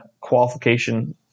qualification